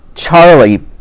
Charlie